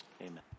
amen